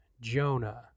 Jonah